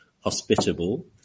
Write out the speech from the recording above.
hospitable